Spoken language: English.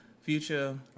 Future